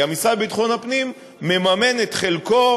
כי המשרד לביטחון הפנים מממן את חלקו